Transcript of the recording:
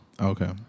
Okay